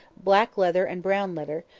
black leather and brown leather,